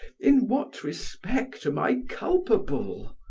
in what respect am i culpable?